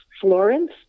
Florence